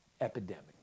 epidemic